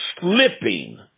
slipping